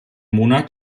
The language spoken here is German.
monat